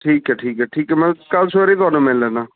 ਠੀਕ ਐ ਠੀਕ ਐ ਠੀਕ ਐ ਮੈਂ ਕੱਲ ਸਵੇਰੇ ਈ ਥੋਨੂੰ ਮਿਲ ਲੈਨਾ